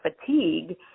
fatigue